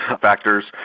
factors